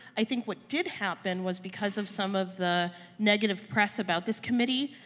i think what did happen was because of some of the negative press about this committee,